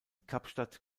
kapstadt